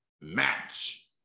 match